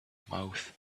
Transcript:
mouths